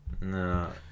No